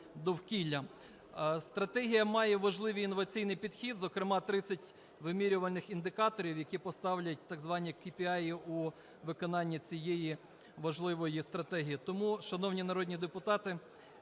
довкілля. Стратегія має важливий інноваційний підхід, зокрема 30 вимірювальних індикаторів, які поставлять так звані KPI у виконанні цієї важливої стратегії. Тому, шановні народні депутати,